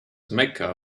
mecca